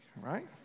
right